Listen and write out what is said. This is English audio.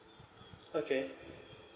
okay